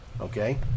Okay